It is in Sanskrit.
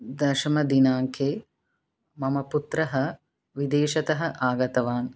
दशमदिनाङ्के मम पुत्रः विदेशतः आगतवान्